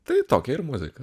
tai tokia ir muzika